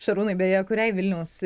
šarūnai beje kuriai vilniaus